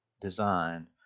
design